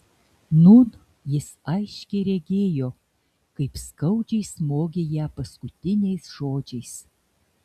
nūn jis aiškiai regėjo kaip skaudžiai smogė ją paskutiniais žodžiais